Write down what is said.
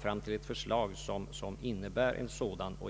framlägga ett förslag som innebär en sådan.